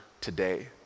today